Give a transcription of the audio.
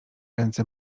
ręce